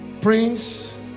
Prince